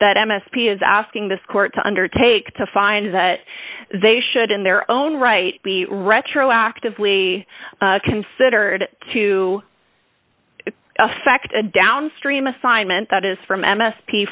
that m s p is asking this court to undertake to find that they should in their own right be retroactively considered to effect a downstream assignment that is from m s p